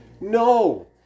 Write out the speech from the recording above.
No